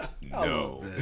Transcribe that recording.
No